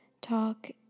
talk